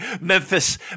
Memphis